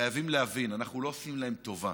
וחייבים להבין, אנחנו לא עושים להם טובה.